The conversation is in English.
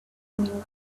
new